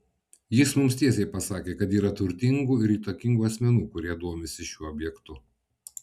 jis mums tiesiai pasakė kad yra turtingų ir įtakingų asmenų kurie domisi šiuo objektu